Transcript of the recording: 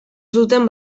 zuten